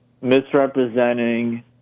misrepresenting